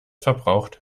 verbraucht